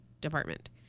department